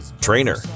trainer